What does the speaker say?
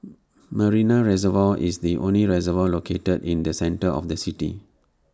Marina Reservoir is the only reservoir located in the centre of the city